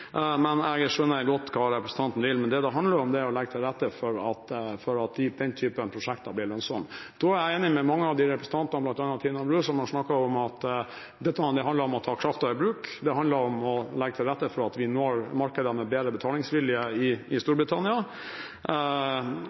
Men jeg skjønner godt hva representanten vil. Det det handler om, er å legge til rette for at denne typen prosjekter blir lønnsomme. Da er jeg enig med mange av representantene, bl.a. Tina Bru, som har snakket om at dette handler om å ta kraften i bruk, det handler om å legge til rette for at vi når markeder med bedre betalingsvilje i Storbritannia. Der mener jeg regjeringen har gjort masse. Vi er også i